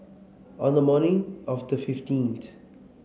on the morning of the fifteenth